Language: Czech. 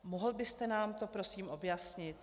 Mohl byste nám to prosím objasnit?